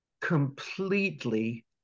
completely